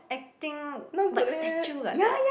acting like statue like that